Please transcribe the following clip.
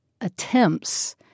attempts